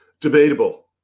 debatable